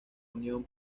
unión